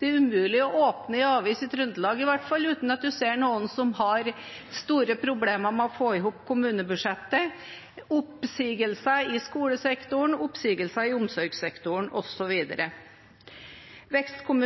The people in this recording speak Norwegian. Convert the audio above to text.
Det er umulig å åpne en avis – i Trøndelag i hvert fall – uten at man ser noen som har store problemer med å få i hop kommunebudsjettet, oppsigelser i skolesektoren, oppsigelser i omsorgssektoren, osv. Vi har